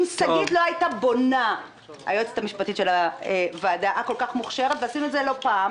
אם שגית היועצת המשפטית של הוועדה הכול כך מוכשרת ועשינו את זה לא פעם